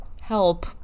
help